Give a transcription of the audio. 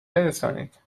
برسانید